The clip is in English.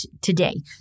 today